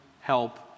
help